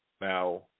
Now